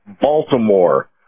baltimore